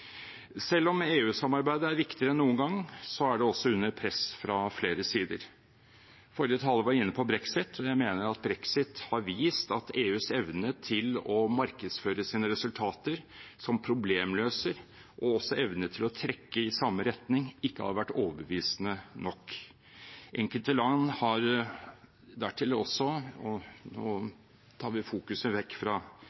Selv om EU-samarbeidet er viktigere enn noen gang, er det også under press fra flere sider. Forrige taler var inne på brexit, og jeg mener at brexit har vist at EUs evne til å markedsføre sine resultater som problemløser og også evne til å trekke i samme retning ikke har vært overbevisende nok. Tar vi fokuset vekk fra Storbritannia og retter det mot de nye demokratiene, har også enkelte land